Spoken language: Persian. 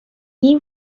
این